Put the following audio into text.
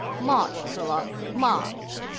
march, trollop, march!